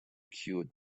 cured